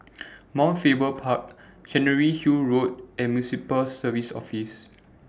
Mount Faber Park Chancery Hill Road and Municipal Services Office